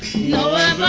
noaa